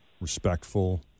respectful